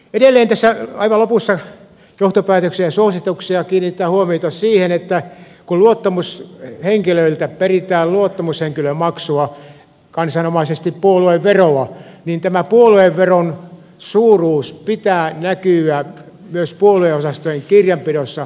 edelleen tässä johtopäätöksiä ja suosituksia kohdan aivan lopussa kiinnitetään huomiota siihen että kun luottamushenkilöiltä peritään luottamushenkilömaksua kansanomaisesti puolueveroa niin tämän puolueveron suuruuden pitää näkyä myös puolueosastojen kirjanpidossa erillisenä summana